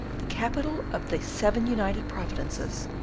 the capital of the seven united provinces,